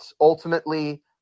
ultimately